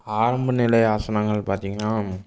ஆரம்ப நிலை ஆசனங்கள் பார்த்தீங்கன்னா